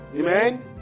Amen